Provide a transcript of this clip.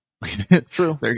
True